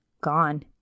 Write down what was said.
gone